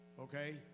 Okay